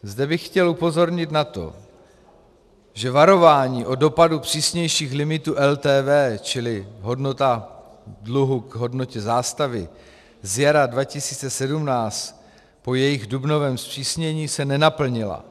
Zde bych chtěl upozornit na to, že varování o dopadu přísnějších limitů LTV, čili hodnota dluhu k hodnotě zástavy, z jara 2017 po jejich dubnovém zpřísnění se nenaplnila.